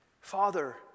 Father